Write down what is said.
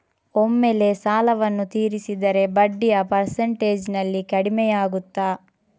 ಒಮ್ಮೆಲೇ ಸಾಲವನ್ನು ತೀರಿಸಿದರೆ ಬಡ್ಡಿಯ ಪರ್ಸೆಂಟೇಜ್ನಲ್ಲಿ ಕಡಿಮೆಯಾಗುತ್ತಾ?